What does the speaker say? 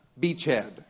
Beachhead